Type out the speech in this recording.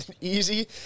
Easy